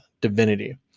divinity